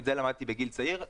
את זה למדתי בגיל צעיר,